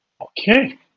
Okay